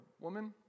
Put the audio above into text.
woman